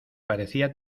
parecía